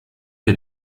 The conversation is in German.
der